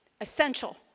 Essential